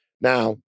Now